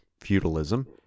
feudalism